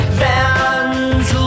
vans